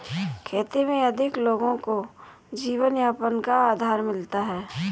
खेती में अधिक लोगों को जीवनयापन का आधार मिलता है